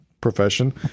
profession